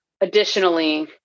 additionally